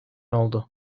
oldu